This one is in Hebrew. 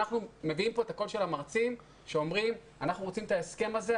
מביאים כאן את הקול של המרצים שאומרים שאנחנו רוצים את ההסכם הזה,